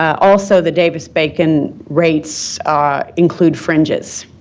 also, the davis-bacon rates include fringes,